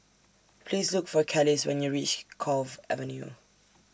Please Look For Kelis when YOU REACH Cove Avenue